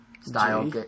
style